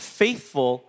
faithful